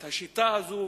את השיטה הזאת,